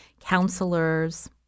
counselors